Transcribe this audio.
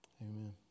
Amen